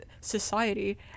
society